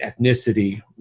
ethnicity